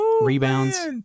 rebounds